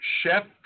Chef